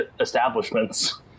establishments